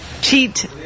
Cheat